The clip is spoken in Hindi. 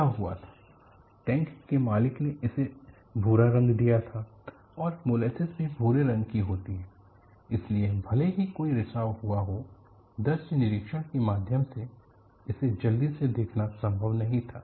क्या हुआ था टैंक के मालिक ने इसे भूरा रंग दिया था और मोलेसेस भी भूरे रंग की होती है इसलिए भले ही कोई रिसाव हुआ हो दृश्य निरीक्षण के माध्यम से इसे जल्दी से देखना संभव नहीं था